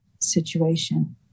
situation